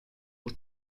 was